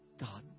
God